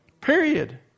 Period